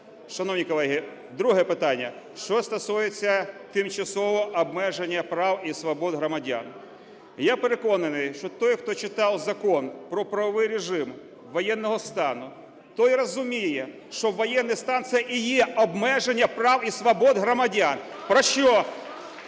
Шановні колеги, друге питання, що стосується тимчасового обмеження прав і свобод громадян. Я переконаний, що той, хто читав Закон "Про правовий режим воєнного стану", той розуміє, що воєнний стан – це і є обмеження прав і свобод громадян, про що…